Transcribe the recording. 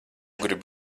grib